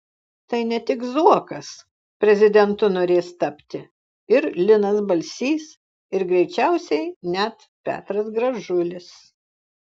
tai ne tik zuokas prezidentu norės tapti ir linas balsys ir greičiausiai net petras gražulis